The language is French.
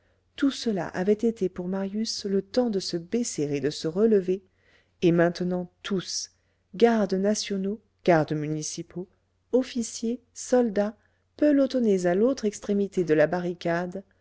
tout cela avait été pour marius le temps de se baisser et de se relever et maintenant tous gardes nationaux gardes municipaux officiers soldats pelotonnés à l'autre extrémité de la barricade